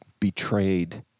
betrayed